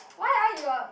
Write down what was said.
why uh your